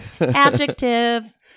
Adjective